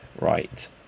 Right